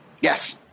yes